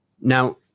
Now